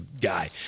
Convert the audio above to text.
guy